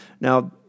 Now